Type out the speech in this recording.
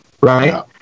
right